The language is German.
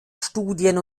studien